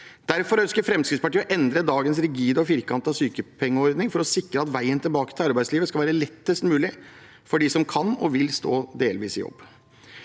Derfor ønsker Fremskrittspartiet å endre dagens rigide og firkantede sykepengeordning for å sikre at veien tilbake til arbeidslivet skal være lettest mulig for dem som kan og vil stå delvis i jobb.